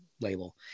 label